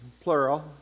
plural